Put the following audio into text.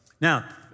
Now